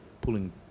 pulling